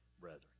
brethren